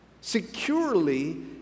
Securely